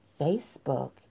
Facebook